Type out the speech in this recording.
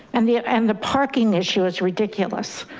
and the ah and the parking issue is ridiculous.